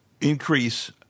increase